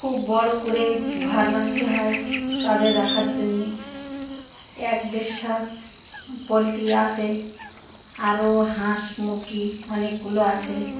খুব বড়ো করে ঘর বঁধতে হয় তাদের রাখার জন্যে এক দেড়শা পোলট্রি আসে আরও হাঁস মুরগি অনেকগুলো আসে